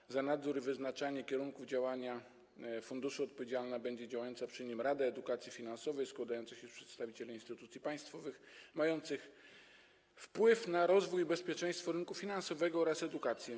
Za nadzór nad funduszem i wyznaczanie kierunków jego działania odpowiedzialna będzie działająca przy nim Rada Edukacji Finansowej składająca się z przedstawicieli instytucji państwowych mających wpływ na rozwój i bezpieczeństwo rynku finansowego oraz edukację.